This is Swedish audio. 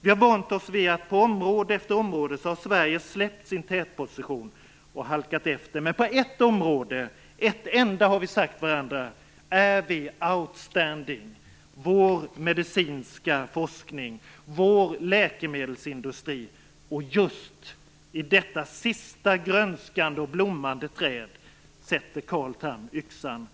Vi har vant oss vid att på område efter område har Sveige släppt sin tätposition och halkat efter. Men på ett enda område är vi outstanding, och det gäller vår medicinska forskning och vår läkemedelsindustri. Just i detta sista grönskande och blommande träd sätter Carl Tham yxan.